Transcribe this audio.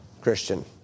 Christian